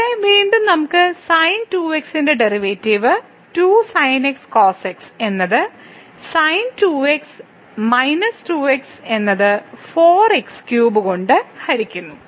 ഇവിടെ വീണ്ടും നമുക്ക് sin 2x ഡെറിവേറ്റീവ് 2sinxcosx എന്നത് sin 2x 2 x എന്നത് 4 x3 കൊണ്ട് ഹരിക്കുന്നു